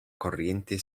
corriente